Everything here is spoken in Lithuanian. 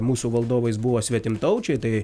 mūsų valdovais buvo svetimtaučiai tai